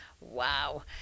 Wow